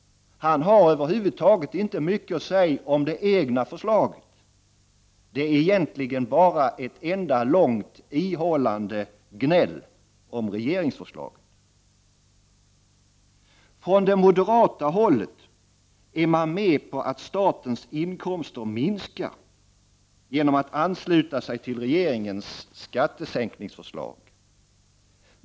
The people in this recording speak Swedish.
Han har över huvud taget inte mycket att säga om det egna förslaget. Det är egentligen bara ett enda långt, ihållande gnäll om regeringsförslaget. Från det moderata hållet är man med på att statens inkomster minskar genom att ansluta sig till regeringens skattesänkningsförslag.